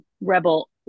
rebel